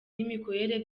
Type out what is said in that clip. n’imikorere